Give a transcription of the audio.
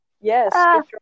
Yes